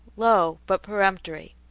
low, but peremptory